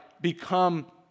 become